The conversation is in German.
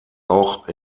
auch